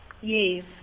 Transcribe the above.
Yes